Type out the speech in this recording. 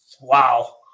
Wow